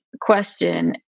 question